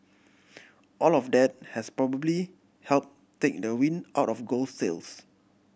all of that has probably help take the wind out of gold's sails